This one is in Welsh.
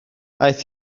aeth